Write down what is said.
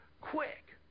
quick